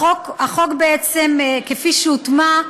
החוק שלי, בעצם, כפי שהוטמע,